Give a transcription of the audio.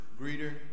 greeter